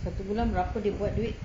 satu bulan berapa dia buat duit